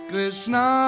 Krishna